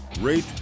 rate